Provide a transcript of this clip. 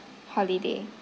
holiday